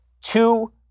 two